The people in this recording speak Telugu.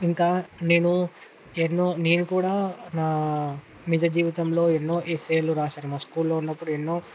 ఇంకా నేను ఎన్నో నేను కూడా నా నిజ జీవితంలో ఎన్నో ఎస్సేలు రాశాను మా స్కూల్లో ఉన్నప్పుడు ఎన్నో